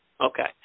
Okay